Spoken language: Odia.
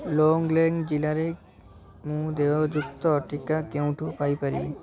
ଲୋଙ୍ଗ୍ଲେଙ୍ଗ୍ ଜିଲ୍ଲାରେ ମୁଁ ଦେୟ ଯୁକ୍ତ ଟିକା କେଉଁଠୁ ପାଇପାରିବି